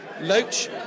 Loach